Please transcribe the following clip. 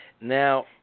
Now